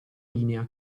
linea